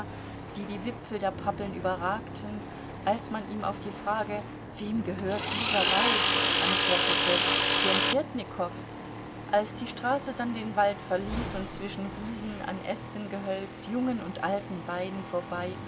die die wipfel der pappeln überragten als man ihm auf die frage wem gehört dieser wald antwortete tjentjetnikow als die straße dann den wald verließ und zwischen wiesen an espengehölz jungen und alten weiden vorbei